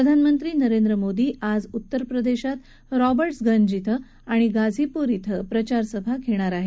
प्रधानमंत्री नरेंद्र मोदी आज उत्तर प्रदेशात रॉबर्टसगंज आणि गाझीपूर िक्वे प्रचारसभा घेणार आहेत